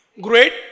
great